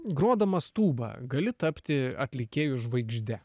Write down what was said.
grodamas tūba gali tapti atlikėju žvaigžde